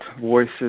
voices